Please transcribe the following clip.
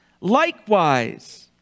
Likewise